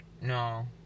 No